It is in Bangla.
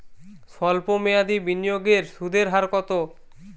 সল্প মেয়াদি বিনিয়োগের সুদের হার কত?